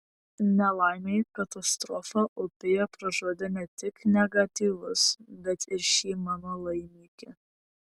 nelaimei katastrofa upėje pražudė ne tik negatyvus bet ir šį mano laimikį